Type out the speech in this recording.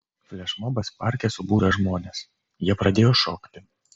flešmobas parke subūrė žmones jie pradėjo šokti